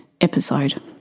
episode